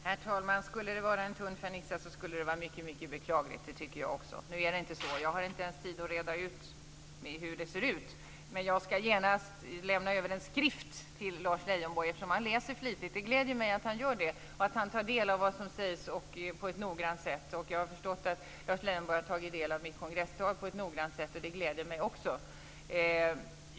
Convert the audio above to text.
Herr talman! Skulle det vara en tunn fernissa, skulle det var mycket, mycket beklagligt. Det tycker jag också. Nu är det inte så. Jag har inte ens tid att reda ut hur det ser ut. Men jag ska genast lämna över en skrift till Lars Leijonborg, eftersom han läser flitigt, och det gläder mig att han gör det och att han tar del av vad som sägs på ett noggrant sätt. Jag har förstått att Lars Leijonborg har tagit del av mitt kongresstal på ett noggrant sätt, och det gläder mig också.